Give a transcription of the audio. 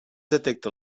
detecta